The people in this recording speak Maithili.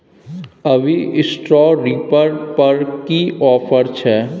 अभी स्ट्रॉ रीपर पर की ऑफर छै?